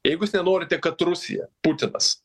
jeigu jūs nenorite kad rusija putinas